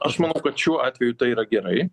aš manau kad šiuo atveju tai yra gerai